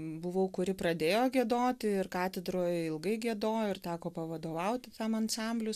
buvau kuri pradėjo giedoti ir katedroj ilgai giedojau ir teko pavadovauti tam ansambliui